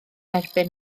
erbyn